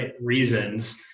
reasons